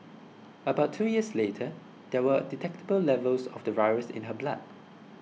about two years later there were detectable levels of the virus in her blood